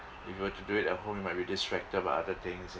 if you were to do it at home you might be distracted by other things